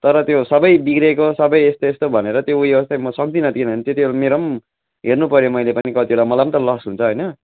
तर त्यो सबै बिग्रेको सबै यस्तो यस्तो भनेर त्यो उयो चाहिँ म सक्दिन दिनु त्यति बेला मेरो पनि हेर्नुपऱ्यो मैले पनि कतिवटा मलाई पनि त लस हुन्छ होइन